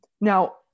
Now